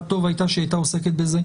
טוב היה שהייתה עוסקת בזה.